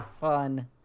fun